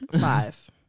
Five